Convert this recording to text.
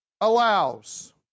allows